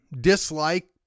dislike